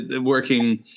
working